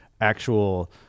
actual